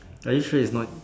are you sure it's not